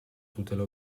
tutela